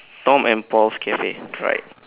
tom and paul's cafe alright